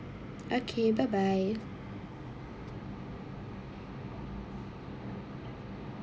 okay bye bye